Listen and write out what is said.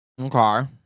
okay